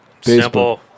Simple